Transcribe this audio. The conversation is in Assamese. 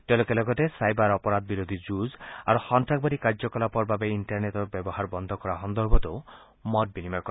তেওঁলোকে লগতে ছাইবাৰ অপৰাধবিৰোধী যুঁজ আৰু সম্ভাসবাদী কাৰ্যকলাপৰ বাবে ইণ্টাৰনেটৰ ব্যৱহাৰ বন্ধ কৰা সন্দৰ্ভতো মত বিনিময় কৰে